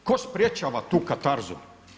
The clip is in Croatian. Tko sprječava tu katarzu?